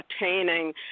attaining